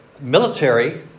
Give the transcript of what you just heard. military